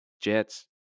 Jets